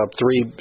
three